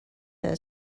her